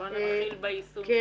בוא נתחיל ביישום של שני המקרים.